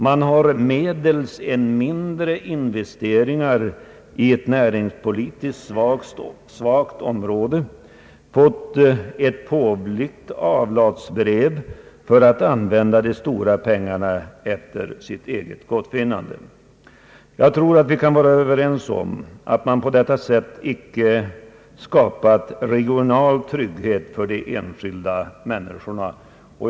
Man har medelst en mindre investering i ett näringspolitiskt svagt område fått ett påvligt avlatsbrev för att använda de stora pengarna efter eget gottfinnande. Jag tror vi kan vara överens om att man på detta sätt icke skapar regional trygghet för de enskilda människorna.